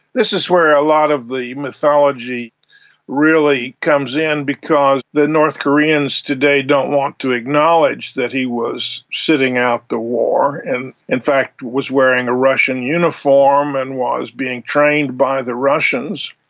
this is where a lot of the mythology really comes in because the north koreans today don't want to acknowledge that he was sitting out the war and in fact was wearing a russian uniform and was being trained by the russians.